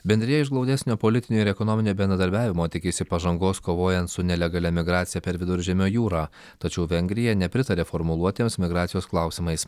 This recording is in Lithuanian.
bendrija iš glaudesnio politinio ir ekonominio bendradarbiavimo tikisi pažangos kovojant su nelegalia migracija per viduržemio jūrą tačiau vengrija nepritaria formuluotėms migracijos klausimais